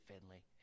Finley